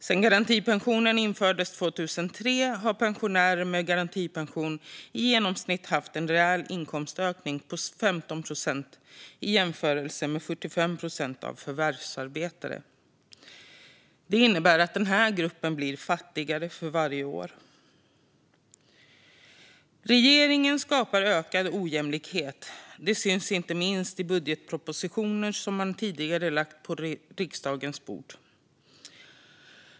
Sedan garantipensionen infördes 2003 har pensionärer med garantipension igenomsnitt haft en realinkomstökning på 15 procent i jämförelse med 45 procent för förvärvsarbetare. Det innebär att den här gruppen blir fattigare för varje år. Regeringen skapar ökad ojämlikhet. Det syns inte minst i de budgetpropositioner som man tidigare lagt på riksdagens bord.